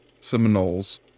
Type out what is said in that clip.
Seminoles